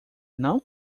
não